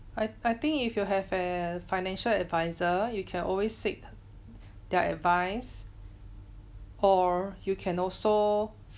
I I think if you have a financial adviser you can always seek their advice or you can also